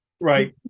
Right